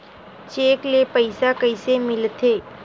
Cheque ले पईसा कइसे मिलथे?